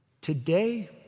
Today